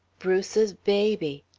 bruce's baby.